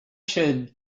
should